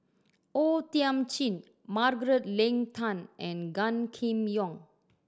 O Thiam Chin Margaret Leng Tan and Gan Kim Yong